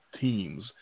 teams